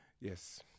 yes